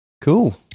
Cool